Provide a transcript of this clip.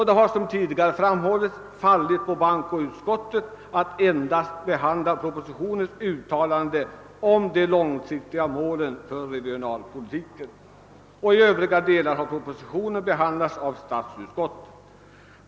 Det har, som tidigare framhållits, fallit på bankoutskottets lott att endast behandla propositionens uttalanden om de långsiktiga målen för regionalpolitiken. I övriga delar har propositionen behandlats av statsutskottet.